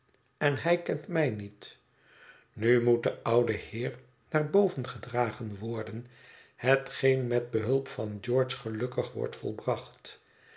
en hij kent mij niet nu moet de oude heer naar boven gedragen worden hetgeen met behulp van george gelukkig wordt volbracht